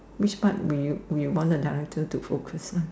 which partner will will you want directly to focus on